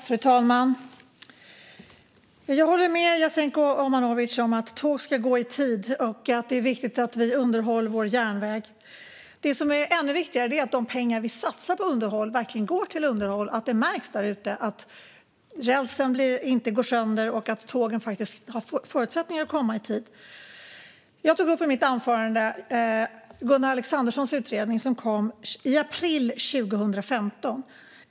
Fru talman! Jag håller med Jasenko Omanovic om att tåg ska gå i tid, och det är viktigt att vi underhåller vår järnväg. Det som är ännu viktigare är att de pengar vi satsar på underhåll verkligen går till underhåll. Det ska märkas att rälsen inte går sönder och att tågen har förutsättningar att komma i tid. Jag tog i mitt anförande upp Gunnar Alexanderssons utredning som lades fram i april 2015.